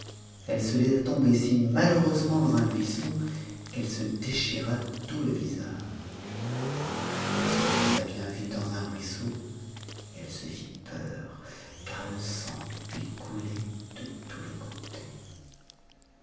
elle se laissa tomber si malheureusement dans un buisson qu'elle se déchira tout le visage elle se regarda bien vite dans un ruisseau et elle se fit peur car le sang lui coulait de tous les côtés